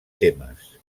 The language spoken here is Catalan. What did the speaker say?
temes